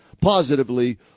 positively